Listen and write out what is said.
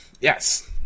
Yes